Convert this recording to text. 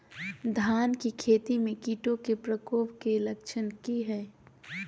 धान की खेती में कीटों के प्रकोप के लक्षण कि हैय?